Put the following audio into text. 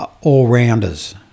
all-rounders